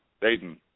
Dayton